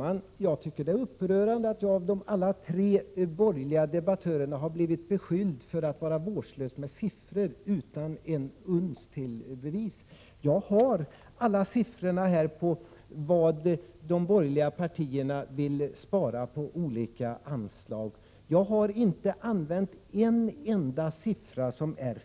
Herr talman! Det är upprörande att jag av samtliga tre borgerliga . debattörer beskylls för att vara vårdslös med siffror utan att man har ett uns av bevis. Jag har alla siffror här när det gäller de borgerliga partiernas förslag till besparingar på olika anslag. Jag har inte nämnt en enda